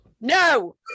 No